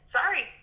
sorry